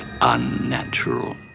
unnatural